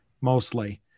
mostly